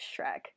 Shrek